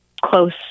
close